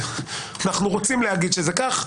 אנחנו רוצים להגיד שזה כך,